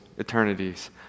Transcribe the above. eternities